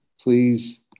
please